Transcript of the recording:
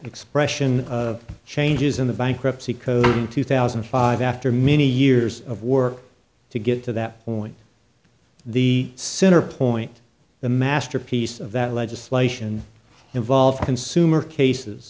expression of changes in the bankruptcy code in two thousand and five after many years of work to get to that point the center point the master piece of that legislation involved consumer cases